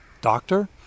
doctor